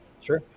sure